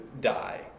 die